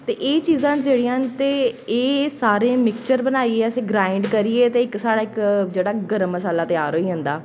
ते एह् चीज़ां न जेह्ड़ियां ते एह् सारे मिक्चर बनाइयै ते इसी ग्राइंड करियै ते साढ़ा इक जेह्ड़ा गरम मसाला त्यार होई जंदा